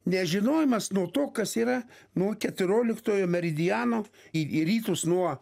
nežinojimas nu to kas yra nu keturioliktojo meridiano į į rytus nuo